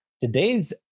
Today's